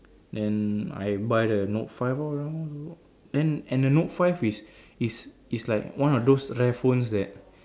then I buy the note-five lor then and the note-five is is is like one of those rare phones that like